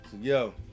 Yo